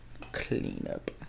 cleanup